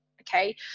Okay